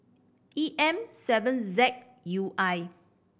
E M seven Z U I